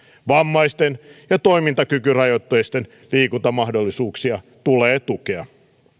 vammaisten ja toimintakykyrajoitteisten liikuntamahdollisuuksia tulee tukea